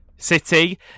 City